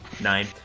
Nine